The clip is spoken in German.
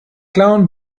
clown